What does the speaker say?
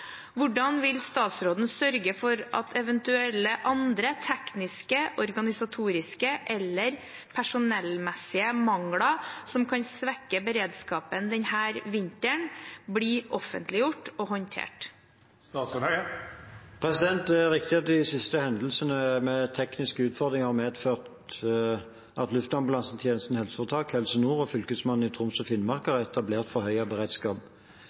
Hvordan vil statsråden sørge for at eventuelle andre tekniske, organisatoriske eller personellmessige mangler som kan svekke beredskapen denne vinteren, blir offentliggjort og håndtert?» Det er riktig at de siste hendelsene med tekniske utfordringer har medført at Luftambulansetjenesten HF, Helse Nord og Fylkesmannen i Troms og Finnmark har etablert en forhøyet beredskap.